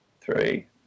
three